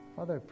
Father